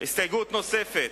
הסתייגות נוספת,